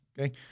Okay